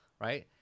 right